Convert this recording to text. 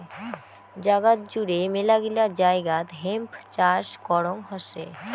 জাগাত জুড়ে মেলাগিলা জায়গাত হেম্প চাষ করং হসে